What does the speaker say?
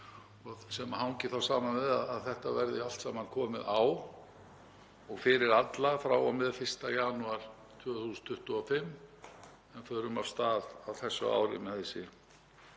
sem hangir saman við að þetta verði allt saman komið á og fyrir alla frá og með 1. janúar 2025. En við förum af stað á þessu ári með þessi